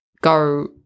go –